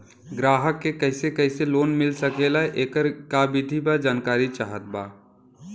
ग्राहक के कैसे कैसे लोन मिल सकेला येकर का विधि बा जानकारी चाहत बा?